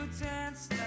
dance